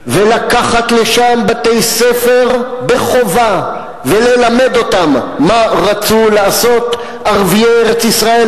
ולקחת לשם בתי-ספר בחובה וללמד אותם מה רצו לעשות ערביי ארץ-ישראל,